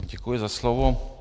Děkuji za slovo.